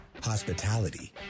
Hospitality